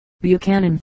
Buchanan